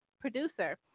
producer